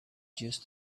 just